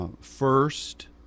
first